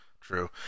True